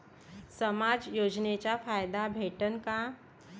समाज योजनेचा फायदा भेटन का?